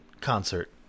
concert